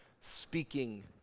Speaking